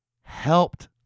helped